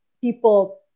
people